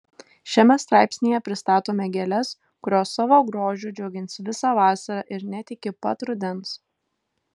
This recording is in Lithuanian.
šiame straipsnyje pristatome gėles kurios savo grožiu džiugins visą vasarą ir net iki pat rudens